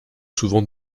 souvent